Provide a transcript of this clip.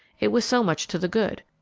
it was so much to the good.